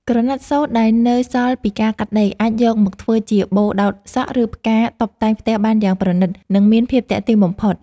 ក្រណាត់សូត្រដែលនៅសល់ពីការកាត់ដេរ អាចយកមកធ្វើជាបូដោតសក់ ឬ ផ្កាតុបតែងផ្ទះបានយ៉ាងប្រណីត និង មានភាពទាក់ទាញបំផុត។